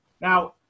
Now